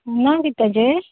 नांंव कित तेजें